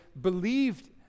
believed